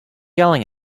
yelling